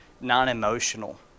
non-emotional